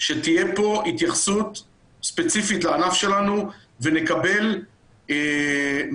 שתהיה פה התייחסות ספציפית לענף שלנו ונקבל ממש